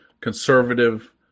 conservative